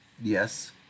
Yes